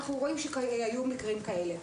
ראינו שהיו מקרים כאלה.